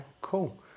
cool